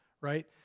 right